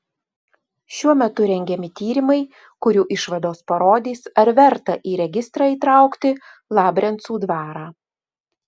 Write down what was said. šiuo metu rengiami tyrimai kurių išvados parodys ar verta į registrą įtraukti labrencų dvarą